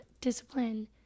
discipline